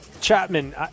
Chapman